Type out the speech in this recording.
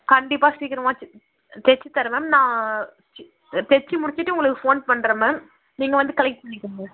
கண்டிப்பாக சீக்கிரமாக தச்சு தச்சுத்தரேன் மேம் நான் தச்சு தச்சு முடிச்சிட்டு உங்களுக்கு ஃபோன் பண்ணுறேன் மேம் நீங்கள் வந்து கலெக்ட் பண்ணிக்கோங்க